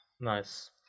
nice